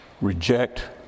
reject